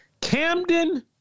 Camden